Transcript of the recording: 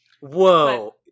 whoa